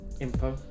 Info